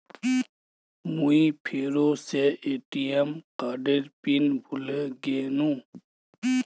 मुई फेरो से ए.टी.एम कार्डेर पिन भूले गेनू